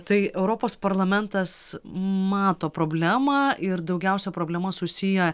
tai europos parlamentas mato problemą ir daugiausia problema susiję